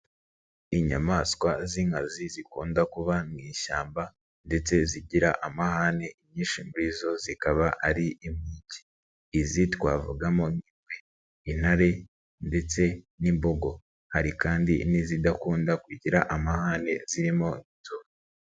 Inyamaswa z'inkazi zikunda kuba mu ishyamba ndetse zigira amahane, inyinshi muri zo zikaba ari impigi. Izi twavugamo nk'ingwe, intare ndetse n'imbogo. Hari kandi n'izidakunda kugira amahane zirimo inzovu.